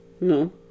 No